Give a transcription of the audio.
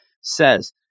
says